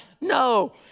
No